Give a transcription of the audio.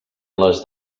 les